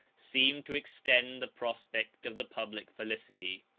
seemed to extend the prospect of the public felicity.